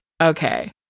okay